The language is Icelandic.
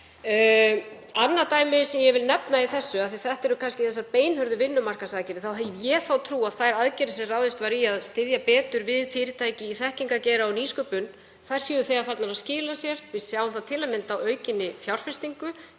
Annað dæmi sem ég vil nefna í þessu, af því að þetta eru kannski hinar beinhörðu vinnumarkaðsaðgerðir, er að ég hef þá trú að þær aðgerðir sem ráðist var í til að styðja betur við fyrirtæki í þekkingargeira og nýsköpun séu þegar farnar að skila sér. Við sjáum það til að mynda á aukinni fjárfestingu,